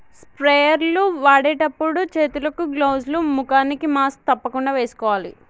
sprayer లు వాడేటప్పుడు చేతులకు గ్లౌజ్ లు, ముఖానికి మాస్క్ తప్పకుండా వేసుకోవాలి